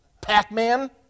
Pac-Man